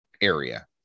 area